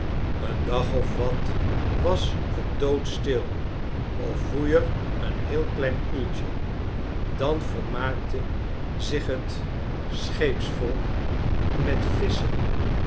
een dag of wat was t doodstil of woei er een heel klein koeltje dan vermaakte zich het scheepsvolk met visschen